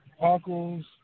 uncles